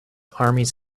armies